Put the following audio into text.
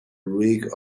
rig